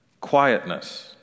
Quietness